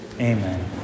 Amen